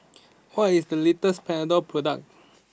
what is the latest Panadol product